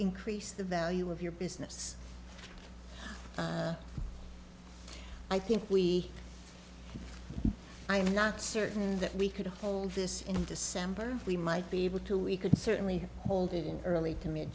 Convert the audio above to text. increase the value of your business i think we i am not certain that we could hold this in december we might be able to we could certainly hold it in early to mid